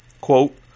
quote